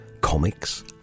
Comics